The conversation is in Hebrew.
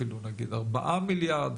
אפילו נגיד 4 מיליארד,